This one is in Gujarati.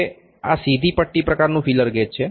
હવે આ સીધી પટ્ટી પ્રકારનું ફીલર ગેજ છે